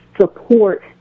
support